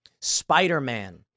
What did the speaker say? Spider-Man